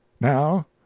Now